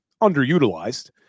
underutilized